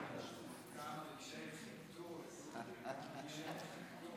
כמה רגשי נחיתות,